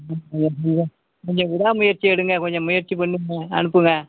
கொஞ்சம் விடாமுயற்சி எடுங்கள் கொஞ்சம் முயற்சி பண்ணி அனுப்புங்கள்